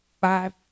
five